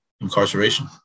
incarceration